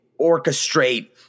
orchestrate